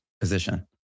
position